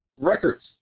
Records